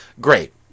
great